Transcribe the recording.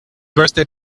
birthday